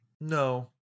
No